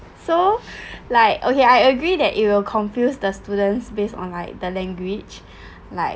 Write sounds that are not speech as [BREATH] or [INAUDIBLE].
so [BREATH] like okay I agree that it will confuse the students based on like the language [BREATH] like